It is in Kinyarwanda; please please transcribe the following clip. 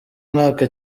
mwaka